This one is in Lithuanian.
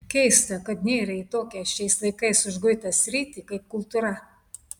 keista kad nėrei į tokią šiais laikais užguitą sritį kaip kultūra